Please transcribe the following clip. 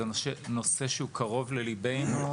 זהו נושא שקרוב ללבנו,